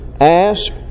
ask